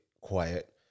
quiet